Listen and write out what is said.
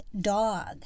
dog